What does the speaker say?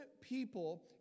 people